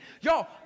Y'all